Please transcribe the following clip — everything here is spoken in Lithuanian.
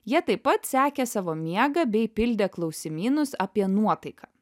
jie taip pat sekė savo miegą bei pildė klausimynus apie nuotaiką